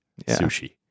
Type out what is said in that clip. Sushi